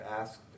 asked